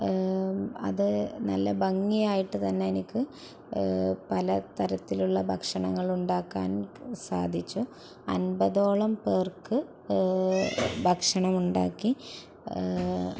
അത് നല്ല ഭംഗിയായിട്ട് തന്നെ എനിക്ക് പല തരത്തിലുള്ള ഭക്ഷണങ്ങളുണ്ടാക്കാൻ സാധിച്ചു അൻപതോളം പേർക്ക് ഭക്ഷണമുണ്ടാക്കി